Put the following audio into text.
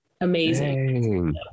amazing